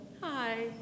Hi